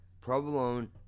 provolone